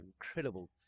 incredible